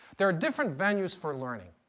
there are different venues for learning.